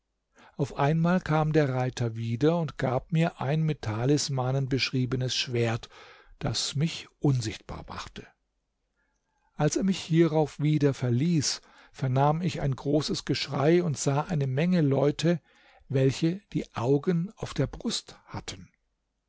auf einmal kam der reiter wieder und gab mir ein mit talismanen beschriebenes schwert das mich unsichtbar machte als er mich hierauf wieder verließ vernahm ich ein großes geschrei und sah eine menge leute welche die augen auf der brust hatten